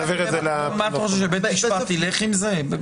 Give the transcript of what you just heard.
מה אתה חושב, שבית המשפט ילך עם זה?